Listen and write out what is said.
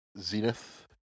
Zenith